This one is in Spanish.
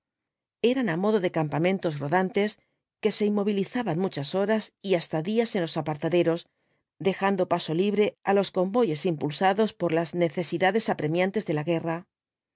eran á modo de campamentos rodantes que se inmovilizaban muchas horas y hasta días en los apartaderos dejando paso libre á los convoyes impulsados por las necesidades apremiantes de la guerra